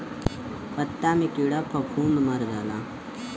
पत्ता मे कीड़ा फफूंद मर जाला